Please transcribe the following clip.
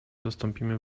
dostąpimy